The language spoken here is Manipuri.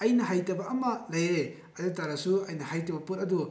ꯑꯩꯅ ꯍꯩꯇꯕ ꯑꯃ ꯂꯩꯔꯦ ꯑꯗꯨ ꯇꯥꯔꯁꯨ ꯑꯩꯅ ꯍꯩꯇꯕ ꯄꯣꯠ ꯑꯗꯨ